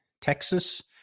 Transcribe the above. Texas